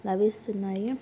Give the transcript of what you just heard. లవిస్తున్నాయి